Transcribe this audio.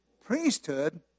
Priesthood